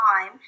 time